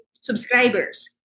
subscribers